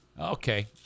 Okay